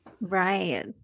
Right